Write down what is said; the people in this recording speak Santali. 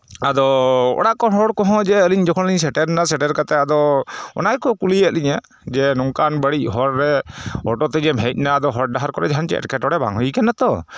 ᱟᱫᱚ ᱚᱲᱟᱜ ᱠᱚᱨᱮᱱ ᱦᱚᱲ ᱠᱚᱦᱚᱸ ᱡᱮ ᱟᱹᱞᱤᱧ ᱡᱚᱠᱷᱚᱱ ᱞᱤᱧ ᱥᱮᱴᱮᱨ ᱮᱱᱟ ᱥᱮᱴᱮᱨ ᱠᱟᱛᱮᱜ ᱟᱫᱚ ᱚᱱᱟ ᱜᱮᱠᱚ ᱠᱩᱞᱤᱭᱮᱜ ᱞᱤᱧᱟ ᱡᱮ ᱱᱚᱝᱠᱟᱱ ᱵᱟᱹᱲᱤᱡ ᱦᱚᱨ ᱨᱮ ᱚᱴᱳ ᱛᱮᱜᱮᱢ ᱦᱮᱡ ᱱᱟ ᱟᱫᱚ ᱦᱚᱨ ᱰᱟᱦᱟᱨ ᱠᱚᱨᱮᱜ ᱪᱮᱫ ᱮᱸᱴᱠᱮᱴᱚᱬᱮ ᱵᱟᱝ ᱦᱩᱭ ᱠᱟᱱᱟ ᱛᱚ